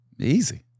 Easy